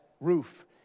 roof